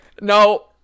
No